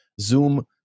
Zoom